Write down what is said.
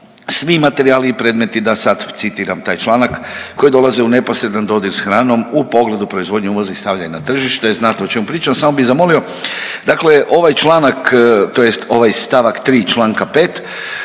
svi materijali i predmeti, da sad citiram taj članak koji dolaze u neposredan dodir s hranom u pogledu proizvodnje, uvoza i stavljanja na tržište, znate o čemu pričam. Samo bi zamolio, dakle, ovaj članak, tj. ovaj st. 3. čl. 5.